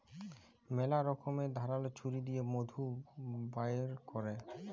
ম্যালা রকমের ধারাল ছুরি দিঁয়ে মধু বাইর ক্যরে